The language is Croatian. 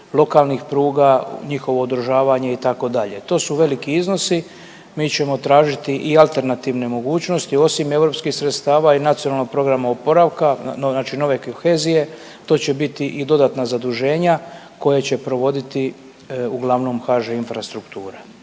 lokalnih pruga, njihovo održavanje itd. To su veliki iznosi, mi ćemo tražiti i alternativne mogućnosti osim europskih sredstava i Nacionalnog programa oporavka znači nove kohezije, to će biti i dodatna zaduženja koje će provoditi uglavnom HŽ Infrastruktura.